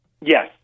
Yes